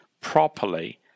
properly